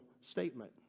statement